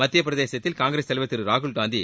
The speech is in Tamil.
மத்தியப்பிரதேசத்தில் காங்கிரஸ் தலைவர் திரு ராகுல்காந்தி